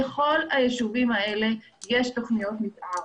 לכל היישובים האלה יש תוכניות מתאר.